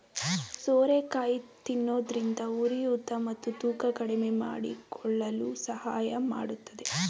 ಸೋರೆಕಾಯಿ ತಿನ್ನೋದ್ರಿಂದ ಉರಿಯೂತ ಮತ್ತು ತೂಕ ಕಡಿಮೆಮಾಡಿಕೊಳ್ಳಲು ಸಹಾಯ ಮಾಡತ್ತದೆ